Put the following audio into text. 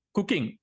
Cooking